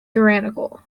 tyrannical